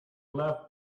left